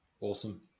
Awesome